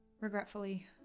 Regretfully